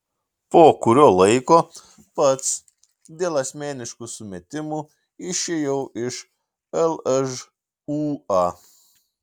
po kurio laiko pats dėl asmeniškų sumetimų išėjau iš lžūa